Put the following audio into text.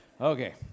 okay